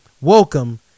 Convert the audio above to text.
Welcome